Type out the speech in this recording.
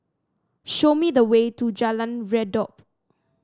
show me the way to Jalan Redop